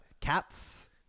Cats